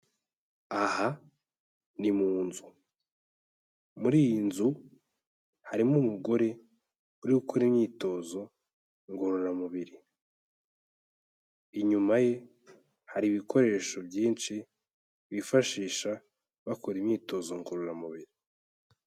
Aha ni mu nzu, muri iyi nzu harimo umugore uri gukora imyitozo ngororamubiri, inyuma ye hari ibikoresho byinshi bifashisha bakora imyitozo ngororamubiri.